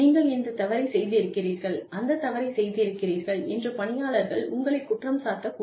நீங்கள் இந்த தவறை செய்து இருக்கிறீர்கள் அந்த தவறை செய்து இருக்கிறீர்கள் என்று பணியாளர்கள் உங்களைக் குற்றம்சாட்ட கூடும்